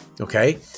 Okay